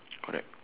correct